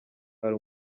hari